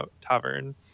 tavern